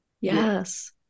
Yes